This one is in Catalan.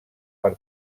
per